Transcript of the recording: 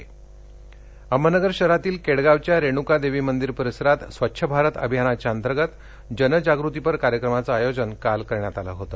अहमदनगर अहमदनगर शहरातील केडगावच्या रेण्का देवी मंदिर परिसरात स्वच्छ भारत अभियाना अंतर्गत जनजागृतीपर कार्यक्रमाचं आयोजन काल करण्यात आलं होतं